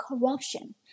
corruption